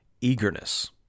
eagerness